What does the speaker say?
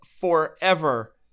forever